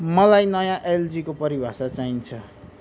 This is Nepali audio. मलाई नयाँ एलजीको परिभाषा चाहिन्छ